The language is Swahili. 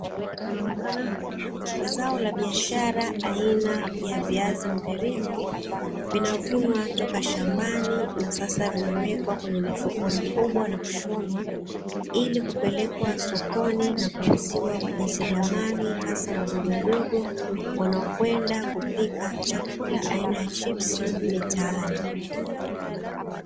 Zao la biashara aina ya viazi mviringo vinavunwa toka shambani, na sasa vimewekwa kwenye mifuko mikubwa na kushonwa, ili kupelekwa sokoni na kuuziwa wajasiriamali, hasa wadogodogo, wanaokwenda kupika chakula aina ya chipsi mitaani.